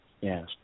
Yes